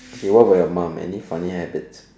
okay what with your mum any funny habits